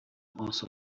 also